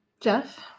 Jeff